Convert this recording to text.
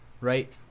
right